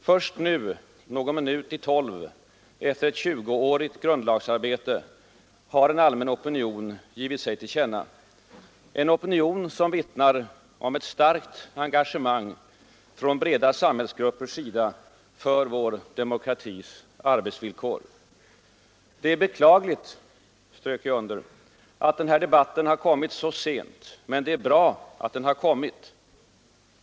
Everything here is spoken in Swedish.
Först nu — fem minuter i tolv, efter ett tjugoårigt grundlagsarbete — har en allmän opinion givit sig till känna, en opinion som vittnar om ett starkt engagemang från breda samhällsgruppers sida för vår demokratis arbetsvillkor. Det är beklagligt — strök jag under — att debatten kommit så sent. Men det är bra att den har kommit.